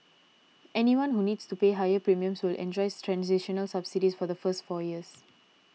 anyone who needs to pay higher premiums will enjoy transitional subsidies for the first four years